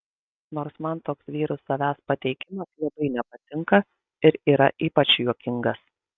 nors man toks vyrų savęs pateikimas labai nepatinka ir yra ypač juokingas